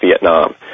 Vietnam